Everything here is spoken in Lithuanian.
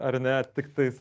ar ne tiktais